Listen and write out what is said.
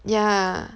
yeah